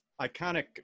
iconic